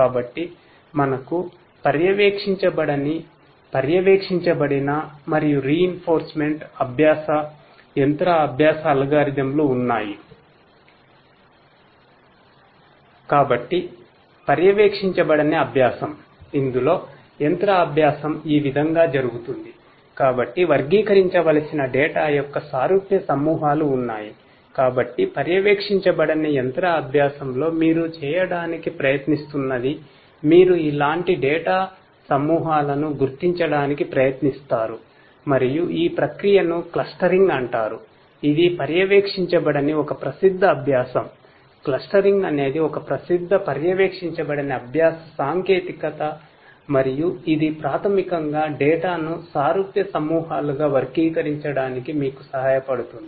కాబట్టి unsupervised learning ను సారూప్య సమూహాలుగా వర్గీకరించడానికి మీకు సహాయపడుతుంది